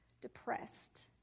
depressed